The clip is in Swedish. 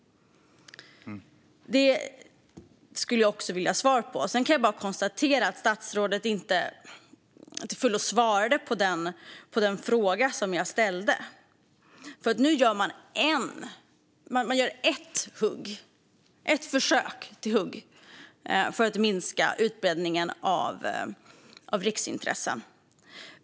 Det skulle jag också vilja ha svar på. Sedan kan jag bara konstatera att statsrådet inte till fullo svarade på den fråga som jag ställde. Nu gör man ett försök till hugg för att minska utbredningen av riksintressen.